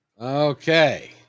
Okay